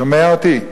שומע אותי?